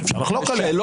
שאפשר לחלוק עליה,